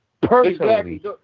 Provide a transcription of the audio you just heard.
personally